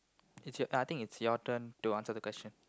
its your I think it's your turn to answer the question